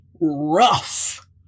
rough